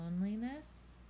loneliness